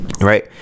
right